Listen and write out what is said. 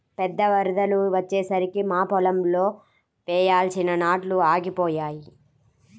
పెద్ద వరదలు వచ్చేసరికి మా పొలంలో వేయాల్సిన నాట్లు ఆగిపోయాయి